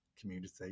community